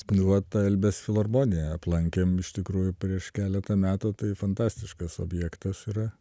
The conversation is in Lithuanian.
nu vat tą elbės filharmoniją aplankėm iš tikrųjų prieš keletą metų tai fantastiškas objektas yra